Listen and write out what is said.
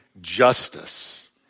justice